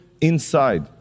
inside